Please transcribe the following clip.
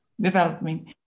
development